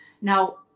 now